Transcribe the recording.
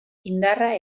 indarra